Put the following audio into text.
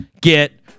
Get